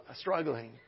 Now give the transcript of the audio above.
struggling